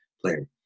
player